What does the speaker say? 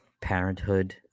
Parenthood